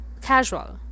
casual